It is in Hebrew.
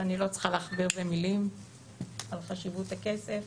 ואני לא צריכה להכביר במילים על חשיבות הכסף